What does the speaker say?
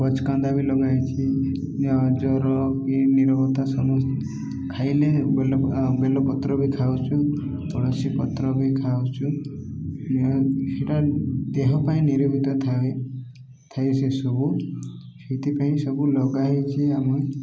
ଗଚକାନ୍ଦା ବି ଲଗା ହେଇଚି ଜର କି ନିରୋଗତା ସମସ୍ତ ଖାଇଲେ ବେଲ ବେଲ ପତ୍ର ବି ଖାଉଛୁ ତୁଳସୀ ପତ୍ର ବି ଖାଉଛୁ ସେଇଟା ଦେହ ପାଇଁ ନିରୋଗତା ଥାଏ ସେସବୁ ସେଥିପାଇଁ ସବୁ ଲଗାହେଇଛି ଆମେ